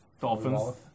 dolphins